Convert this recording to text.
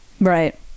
Right